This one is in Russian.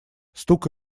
стук